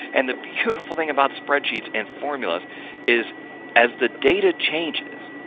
and the beautiful thing about spreadsheets and formulas is as the data changes,